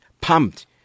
Pumped